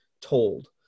told